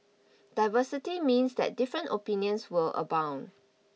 diversity means that different opinions will abound